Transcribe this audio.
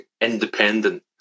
independent